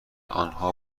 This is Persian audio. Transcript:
آنها